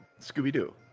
scooby-doo